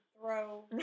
throw